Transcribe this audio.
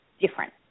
different